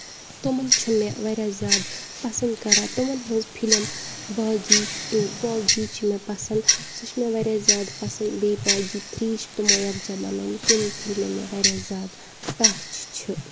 تِمن چھُ مےٚ واریاہ زیادٕ پَسند کران تِمَن ہنٛز فِلِم باغی ٹو باغی چھِ مےٚ پَسند سُہ چھُ مےٚ واریاہ زیادٕ پَسند بیٚیہِ باغی تھری چھُ تٕمو یَکجہہ بَنٲومٕژ یِم فِلمہٕ مےٚ واریاہ زیادٕ ٹاچھہِ چھِ